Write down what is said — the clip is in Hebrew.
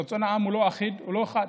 רצון העם הוא לא אחיד, הוא לא אחד.